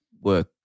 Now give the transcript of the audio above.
work